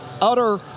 utter